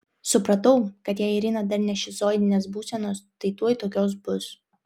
supratau kad jei irina dar ne šizoidinės būsenos tai tuoj tokios bus